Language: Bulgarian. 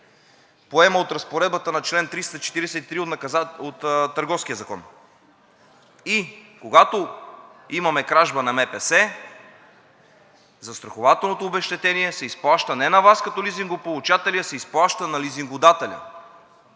поема от Разпоредбата на чл. 343 от Търговския закон, и когато имаме кражба на МПС, застрахователното обезщетение се изплаща не на Вас като лизингополучатели, а се изплаща на лизингодателя.